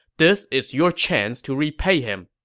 this is your chance to repay him.